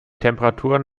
temperaturen